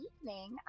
evening